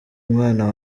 mwana